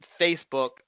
Facebook